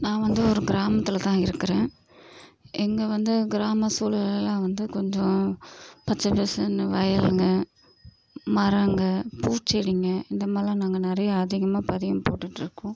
நான் வந்து ஒரு கிராமத்தில் தான் இருக்கிறேன் இங்கே வந்து கிராமச் சூழல்லாம் வந்து கொஞ்சம் பச்சை பசேல்னு வயலுங்க மரங்கள் பூச்செடிங்கள் இந்தமேரிலாம் நாங்கள் நிறையா அதிகமாக பதியம் போட்டுட்டு இருக்கோம்